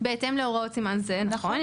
בהתאם להוראות סימן זה, נכון.